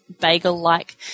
bagel-like